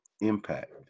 impact